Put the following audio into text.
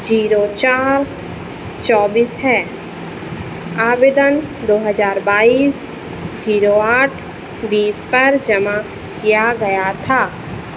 zero चार चौबीस है आवेदन दो हज़ार बाईस जीरो आठ भी इसपर जमा किया गया था